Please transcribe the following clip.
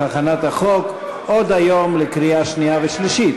הכנת החוק עוד היום לקריאה שנייה ושלישית,